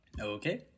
Okay